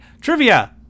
trivia